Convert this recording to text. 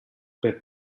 per